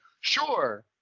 sure